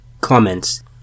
Comments